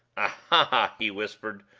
aha! he whispered,